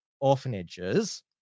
orphanages